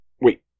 Wait